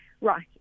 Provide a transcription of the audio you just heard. right